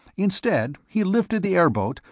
instead, he lifted the airboat,